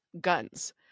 guns